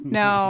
no